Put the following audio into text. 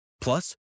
Plus